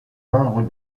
membre